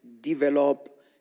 develop